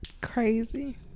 crazy